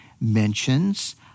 mentions